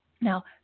Now